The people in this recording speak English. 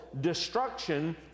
destruction